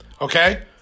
okay